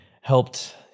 helped